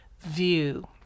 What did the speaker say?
view